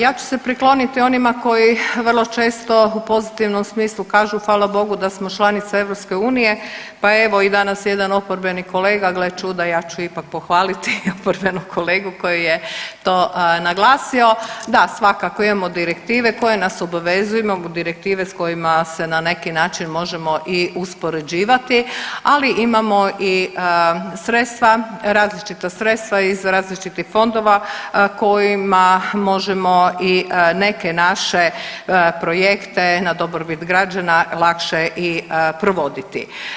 Ja ću se prikloniti onima koji vrlo često u pozitivnom smislu kažu hvala Bogu da smo članica EU, pa evo i danas jedan oporbeni kolega, gle čuda ja ću ipak pohvaliti oporbenog kolegu koji je to naglasio, da svakako imamo direktive koje nas obvezuju, imamo direktive s kojima se na neki način možemo i uspoređivati, ali imamo i sredstva, različita sredstva iz različitih fondova kojima možemo i neke naše projekte na dobrobit građana lakše i provoditi.